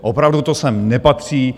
Opravdu to sem nepatří.